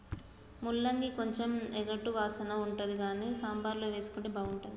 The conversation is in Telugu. ముల్లంగి కొంచెం ఎగటు వాసన ఉంటది కానీ సాంబార్ల వేసుకుంటే బాగుంటుంది